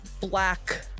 black